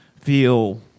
feel